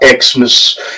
Xmas